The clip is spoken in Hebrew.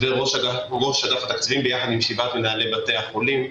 ראש אגף התקציבים ושבעת מנהלי בתי החולים.